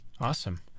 Awesome